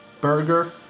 Burger